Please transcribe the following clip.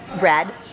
red